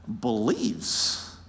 believes